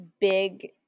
big